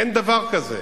אין דבר כזה.